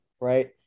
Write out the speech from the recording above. right